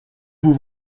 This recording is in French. vous